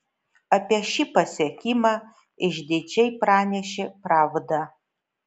apie šį pasiekimą išdidžiai pranešė pravda